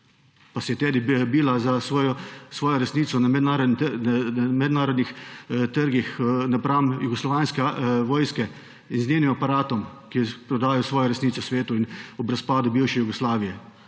Pa se je bila za svojo resnico na mednarodnih trgih napram jugoslovanske vojske in z njenim aparatom, ki je prodajal svojo resnico svetu ob razpadu bivše Jugoslavije.